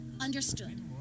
Understood